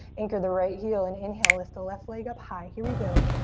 anchor the right heel in. inhale, lift the left leg up high. here we go.